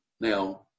Now